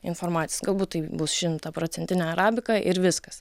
informacijos galbūt tai bus šimtaprocentinė arabika ir viskas